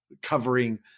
covering